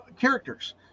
characters